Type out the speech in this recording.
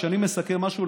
כשאני מסכם משהו,